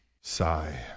sigh